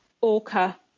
orca